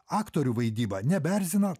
aktorių vaidyba nebeerzina